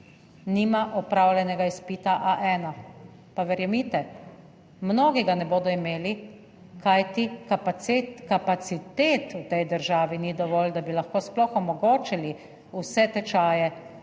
nima opravljenega izpita A1 – pa verjemite, mnogi ga ne bodo imeli, kajti kapacitet v tej državi ni dovolj, da bi lahko sploh omogočili vse tečaje